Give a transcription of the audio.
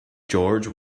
george